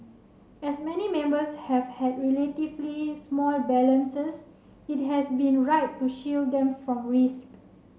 as many members have had relatively small balances it has been right to shield them from risk